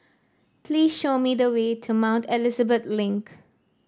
please show me the way to Mount Elizabeth Link